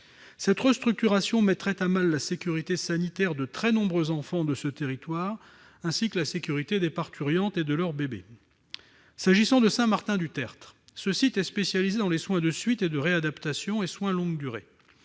La restructuration mettrait à mal la sécurité sanitaire de très nombreux enfants de ce territoire, ainsi que la sécurité des parturientes et de leurs bébés. S'agissant de Saint-Martin-du-Tertre, ce site est spécialisé dans les soins de suite et de réadaptation et dans les soins de longue durée.